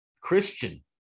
Christian